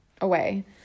away